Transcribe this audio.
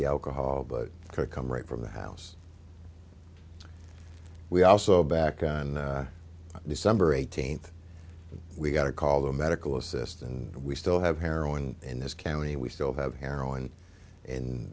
the alcohol but come right from the house we also back on december eighteenth we got a call the medical assistant and we still have heroin in this county we still have heroin in